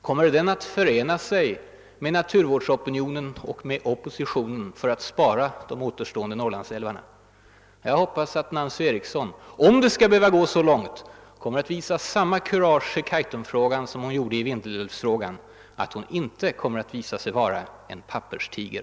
Kommer den åter att förena sig med naturvårdsopinionen och med oppositionen för att spara de återstående Norrlandsälvarna? Jag hoppas att Nancy Eriksson, om det skulle behöva gå så långt, kommer att ha samma kurage i Kaitumfrågan som hon hade i Vindelälvsfrågan och inte nu visa sig vara en papperstiger.